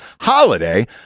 HOLIDAY